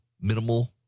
minimal